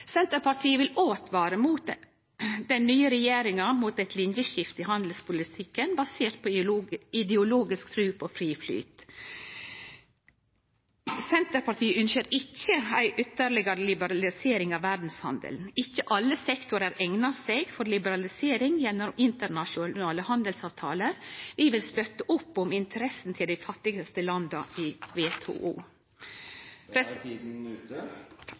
Senterpartiet vil åtvare den nye regjeringa mot eit lineskifte i handelspolitikken basert på ideologisk tru på fri flyt. Senterpartiet ønskjer ikkje ei ytterligare liberalisering av verdshandelen. Ikkje alle sektorar eignar seg for liberalisering gjennom internasjonale handelsavtaler. Vi vil støtte opp om interessa til dei fattigaste landa i